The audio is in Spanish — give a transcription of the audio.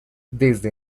desde